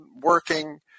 working